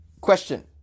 Question